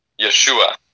Yeshua